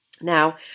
Now